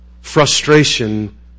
frustration